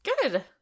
Good